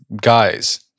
guys